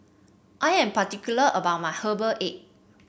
I am particular about my Herbal Egg